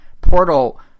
Portal